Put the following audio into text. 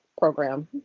program